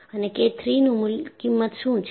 અને K III ની કિંમત શું છે